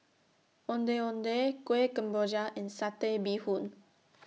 Ondeh Ondeh Kueh Kemboja and Satay Bee Hoon